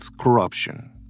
corruption